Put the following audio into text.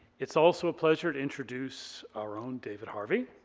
it's also a pleasure to introduce our own david harvey.